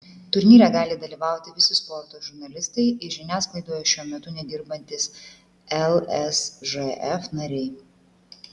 turnyre gali dalyvauti visi sporto žurnalistai ir žiniasklaidoje šiuo metu nedirbantys lsžf nariai